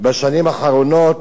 בשנים האחרונות,